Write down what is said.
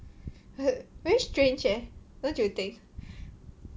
it's like very strange leh don't you think